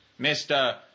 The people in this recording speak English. Mr